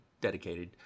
dedicated